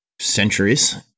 centuries